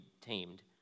tamed